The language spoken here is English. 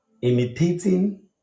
imitating